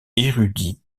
érudit